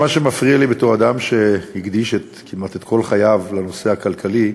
מה שמפריע לי בתור אדם שהקדיש כמעט את כל חייו לנושא הכלכלי,